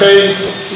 מכובדיי,